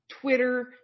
Twitter